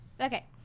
Okay